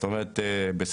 למשל,